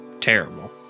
terrible